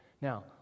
now